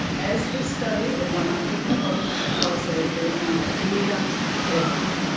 as this study of one hundred controlled clinical trials says there is now clear evidence?